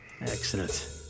Excellent